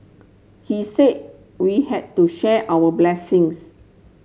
he said we had to share our blessings